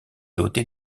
doté